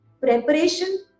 preparation